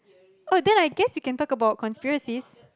oh then I guess you can talk about conspiracies